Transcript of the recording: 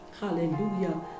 hallelujah